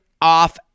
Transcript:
off